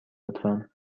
لطفا